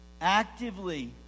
actively